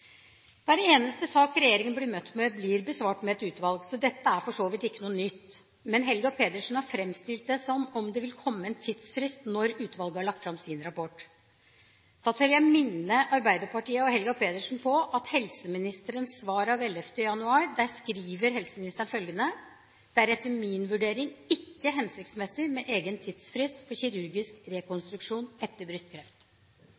Hver eneste sak regjeringen blir møtt med, blir besvart med et utvalg, så dette er for så vidt ikke noe nytt. Men Helga Pedersen har framstilt det som om det vil komme en tidsfrist når utvalget har lagt fram sin rapport. Da tør jeg minne Arbeiderpartiet og Helga Pedersen på helseministerens svar av 11. januar. Der skriver helseministeren følgende: «Det er etter min vurdering ikke hensiktsmessig med en egen tidsfrist for kirurgisk